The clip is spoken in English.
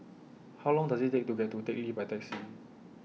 How Long Does IT Take to get to Teck Lee By Taxi